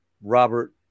Robert